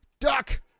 duck